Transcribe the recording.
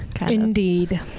Indeed